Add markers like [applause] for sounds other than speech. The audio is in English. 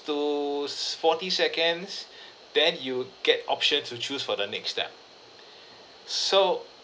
to s~ forty seconds [breath] then you get options to choose for the next step [breath] so